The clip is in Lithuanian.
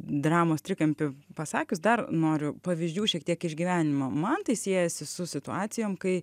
dramos trikampį pasakius dar noriu pavyzdžių šiek tiek išgyvenimo man tai siejasi su situacijom kai